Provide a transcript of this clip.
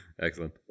Excellent